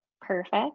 Perfect